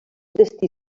destí